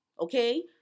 Okay